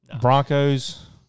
Broncos